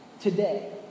today